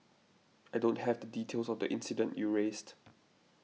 I don't have the details of the incident you raised